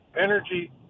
Energy